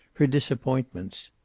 her disappointments.